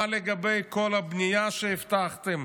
מה לגבי כל הבנייה שהבטחתם?